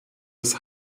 des